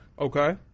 Okay